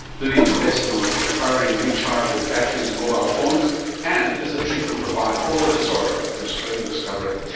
lithium is best known for powering rechargeable batteries in mobile phones and as a treatment for bipolar disorder, an australian discovery.